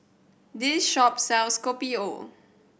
this shop sells Kopi O